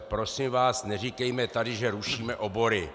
Prosím vás, neříkejme tady, že rušíme obory.